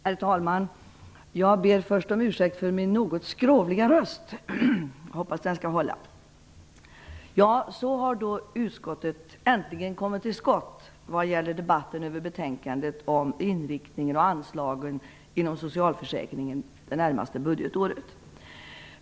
Herr talman! Jag ber först om ursäkt för min något skrovliga röst. Jag hoppas den skall hålla. Så har då utskottet äntligen kommit till skott vad gäller debatten över betänkandet om inriktningen och anslagen inom socialförsäkringen det närmaste budgetåret.